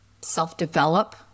self-develop